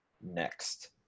next